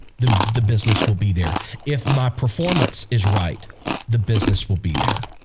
the the business will be there if my performance is right the business will be there